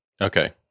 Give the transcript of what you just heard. Okay